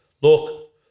look